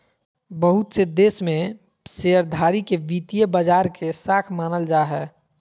बहुत से देश में शेयरधारी के वित्तीय बाजार के शाख मानल जा हय